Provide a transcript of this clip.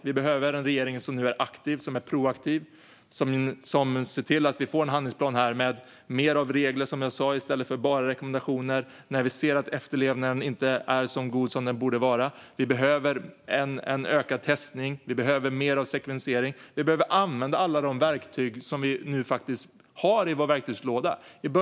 Vi behöver en regering som är proaktiv och som ser till att vi får en handlingsplan med mer regler, som jag sa, i stället för bara rekommendationer, då vi ser att efterlevnaden inte är så god som den behöver vara. Vi behöver ökad testning och mer sekvensering. Vi behöver använda alla de verktyg som vi faktiskt har i vår verktygslåda.